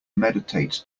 meditate